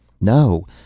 No